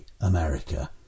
America